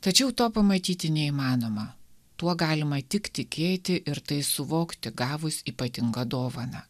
tačiau to pamatyti neįmanoma tuo galima tik tikėti ir tai suvokti gavus ypatingą dovaną